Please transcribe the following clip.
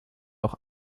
auch